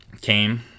came